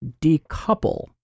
decouple